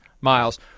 Miles